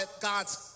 God's